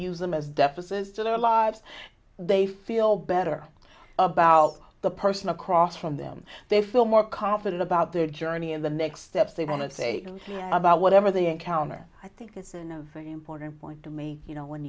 use them as deficit's to their lives they feel better about the person across from them they feel more confident about their journey and the next steps they want of say about whatever they encounter i think it's a very important point to me you know when